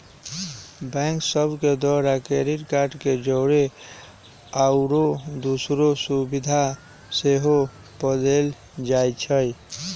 bank सभ के द्वारा क्रेडिट कार्ड के जौरे आउरो दोसरो सुभिधा सेहो पदेल जाइ छइ